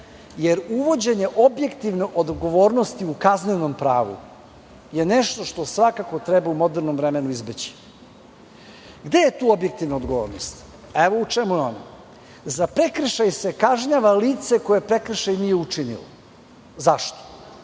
jer uvođenje objektivne odgovornosti u kaznenom pravu je nešto što svakako treba u modernom vremenu izbeći. Gde je tu objektivna odgovornost? Naime, za prekršaj se kažnjava lice koje prekršaj nije učinilo. Zašto?